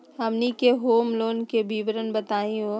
हमनी के home loan के विवरण बताही हो?